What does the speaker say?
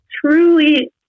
truly